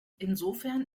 insofern